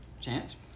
Chance